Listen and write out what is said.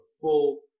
full